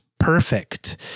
perfect